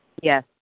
Yes